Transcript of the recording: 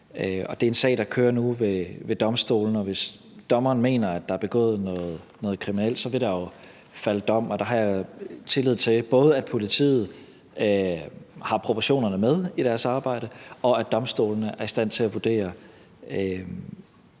Det er en sag, der kører nu ved domstolene. Hvis dommeren mener, at der er begået noget kriminelt, vil der jo falde dom, og der har jeg både tillid til, at politiet har proportionerne med i deres arbejde, og at domstolene er i stand til at vurdere,